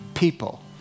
people